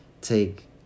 take